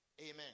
amen